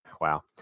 wow